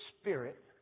spirit